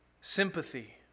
sympathy